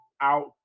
out